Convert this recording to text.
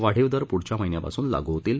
वाढीव दर पुढच्या महीन्यापासून लागू होतील